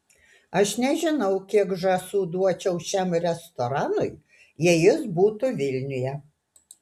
aš nežinau kiek žąsų duočiau šiam restoranui jei jis būtų vilniuje